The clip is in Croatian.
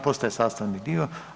Postaje sastavni dio.